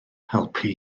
helpu